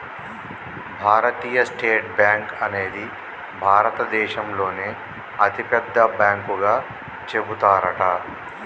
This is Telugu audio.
భారతీయ స్టేట్ బ్యాంక్ అనేది భారత దేశంలోనే అతి పెద్ద బ్యాంకు గా చెబుతారట